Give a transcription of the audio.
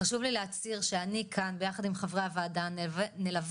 חשוב לי להצהיר שאני כאן ביחד עם חברי הועדה נלווה